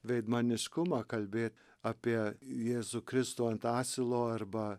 veidmaniškumą kalbė apie jėzų kristų ant asilo arba